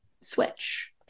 switch